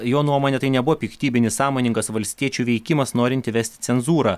jo nuomone tai nebuvo piktybinis sąmoningas valstiečių veikimas norint įvesti cenzūrą